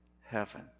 heaven